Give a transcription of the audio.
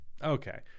Okay